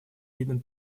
видом